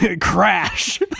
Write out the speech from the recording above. crash